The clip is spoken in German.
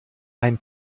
ein